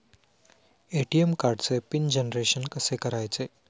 ATM कार्डचे pin generation कसे करायचे?